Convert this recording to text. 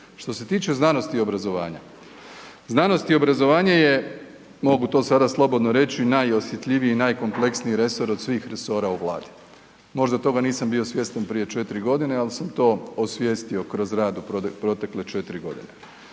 Što se tiče znanosti i obrazovanja, znanost i obrazovanje je mogu to sada slobodno reći, najosjetljiviji i najkompleksniji resor od svih resora u Vladi. Možda toga nisam bio svjestan prije 4 godine, ali sam to osvijestio kroz rad u protekle 4 godine.